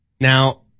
Now